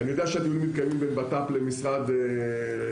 אני יודע שהדיונים מתקיימים בין בט"פ למשרד הפנים.